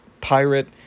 pirate